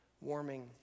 warming